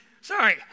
Sorry